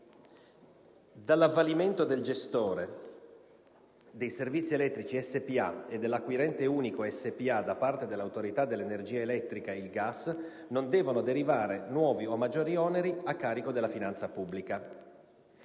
"Dall'avvalimento del Gestore dei servizi elettrici spa e dell'Acquirente Unico spa da parte dell'Autorità dell'energia elettrica e il gas non devono derivare nuovi o maggiori oneri a carico della finanza pubblica.";